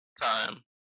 time